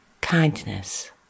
kindness